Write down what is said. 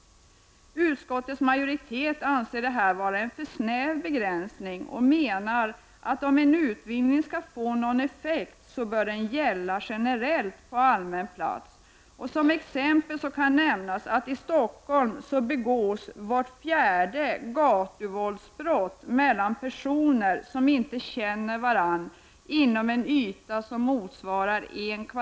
Utskottets majoritet anser detta vara en för snäv begränsning och menar att om en utvidgning skall få någon effekt, så bör den gälla generellt på allmän plats. Som exempel kan nämnas att vart fjärde gatuvåldsbrott som begås i Stockholm mellan personer som inte känner varandra sker inom en yta som motsvarar 1 km?.